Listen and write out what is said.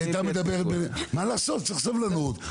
מה לעשות, צריך סבלנות.